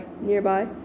Nearby